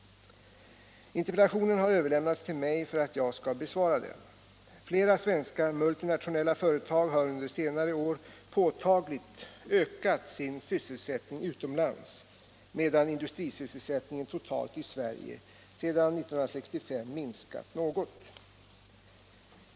Interpellationen har överlämnats till mig för att jag skall besvara den. Flera svenska multinationella företag har under senare år påtagligt ökat sin sysselsättning utomlands, medan industrisysselsättningen totalt i Sverige sedan 1965 minskat något.